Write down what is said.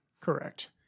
Correct